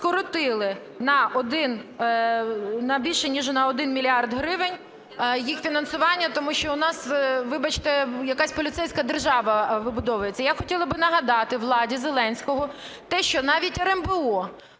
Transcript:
скоротили на більше ніж на 1 мільярд гривень їх фінансування, тому що у нас, вибачте, якась поліцейська держава вибудовується. Я хотіла би нагадати владі Зеленського те, що навіть РНБО